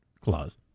clause